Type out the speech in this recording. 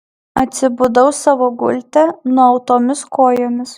atsibudau savo gulte nuautomis kojomis